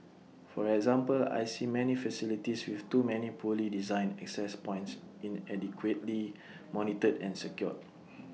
for example I see many facilities with too many poorly designed access points inadequately monitored and secured